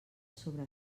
sobre